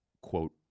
quote